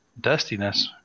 dustiness